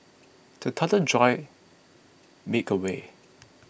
the thunder jolt me awake